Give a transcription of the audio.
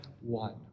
one